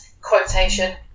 quotation